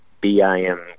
BIM